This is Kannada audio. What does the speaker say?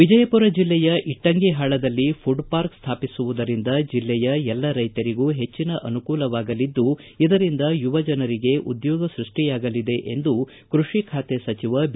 ವಿಜಯಪುರ ಜಿಲ್ಲೆಯ ಇಟ್ಲಂಗಿಹಾಳದಲ್ಲಿ ಪುಡ್ ಪಾರ್ಕ್ ಸ್ವಾಪಿಸುವುದರಿಂದ ಜಿಲ್ಲೆಯ ಎಲ್ಲ ರೈತರಿಗೂ ಹೆಚ್ಚಿನ ಅನುಕೂಲವಾಗಲಿದ್ದು ಇದರಿಂದ ಯುವ ಜನರಿಗೆ ಉದ್ಯೋಗ ಸೃಷ್ಷಿಯಾಗಲಿದೆ ಎಂದು ಕೃಷಿ ಖಾತೆ ಸಚಿವ ಬಿ